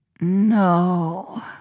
No